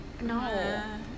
No